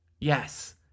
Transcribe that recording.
Yes